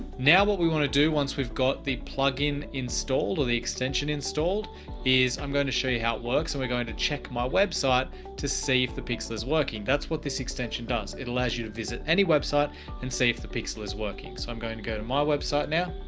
now what we want to do once we've got the plugin installed or the extension installed is i'm going to show you how it works. and we're going to check my website to see if the pixel is working. that's what this extension does. it allows you to visit any website and see if the pixel is working. so i'm going to go to my website. now.